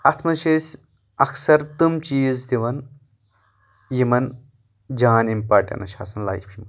اتھ منٛز چھِ أسۍ اکثر تِم چیٖز دِوان یِمن جان اِمپاٹَنٕس چھِ آسان لایفہِ مَنٛز